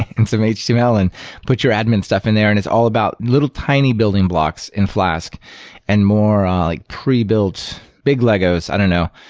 and some html, and but your admin stuff in there and it's all about little tiny building blocks in flask and more ah like pre built, big legos, i don't know.